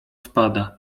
spada